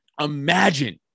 imagine